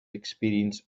experience